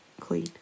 clean